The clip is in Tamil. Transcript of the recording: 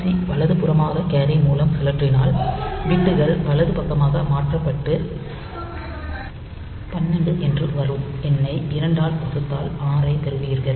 சி வலதுபுறமாக கேரி மூலம் சுழற்றினால் பிட்கள் வலது பக்கமாக மாற்றப்பட்டு 12 என்று வரும் எண்ணை 2 ஆல் வகுத்தால் 6 ஐப் பெறுவீர்கள்